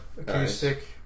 Acoustic